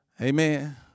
amen